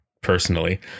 personally